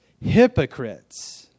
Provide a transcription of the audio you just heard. Hypocrites